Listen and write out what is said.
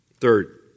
Third